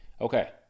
Okay